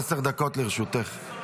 עשר דקות לרשותך.